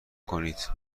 کنید